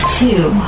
two